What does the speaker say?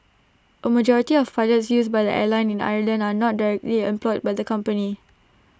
A majority of pilots used by the airline in the Ireland are not directly employed by the company